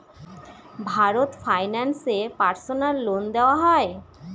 Bharat finance এ personal loan দেওয়া হয়?